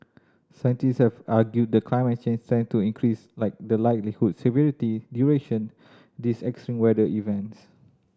scientists have argued that climate change tend to increase like the likelihood severity duration these extreme weather events